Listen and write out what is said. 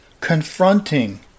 confronting